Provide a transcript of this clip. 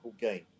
game